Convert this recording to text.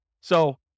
So-